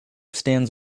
stands